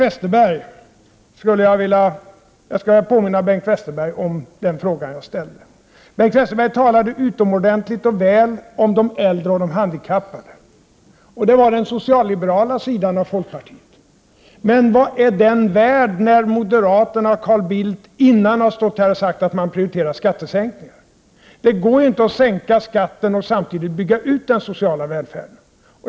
Jag skulle vilja påminna Bengt Westerberg om den fråga jag ställde. Bengt Westerberg talade utomordentligt väl om de äldre och handikappade. Det var den socialliberala sidan av folkpartiet. Men vad är den värd när Carl Bildt dessförinnan stått här och sagt att moderaterna prioriterar skattesänkningar. Det går inte att sänka skatten och samtidigt bygga ut den sociala välfärden.